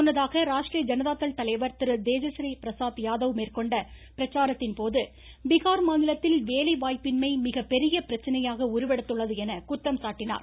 முன்னதாக ராஷ்ட்ரிய ஜனதா தள் தலைவர் திரு தேஜறீ பிரசாத் யாதவ் மேற்கொண்ட பிரச்சாரத்தின்போது பீகார் மாநிலத்தில் வேலை வாய்ப்பின்மை மிகப்பெரிய பிரச்னையாக உருவெடுத்துள்ளது என குற்றம் சாட்டினார்